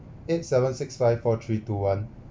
eight seven six five four three two one